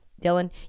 Dylan